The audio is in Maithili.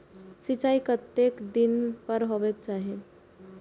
सिंचाई कतेक दिन पर हेबाक चाही?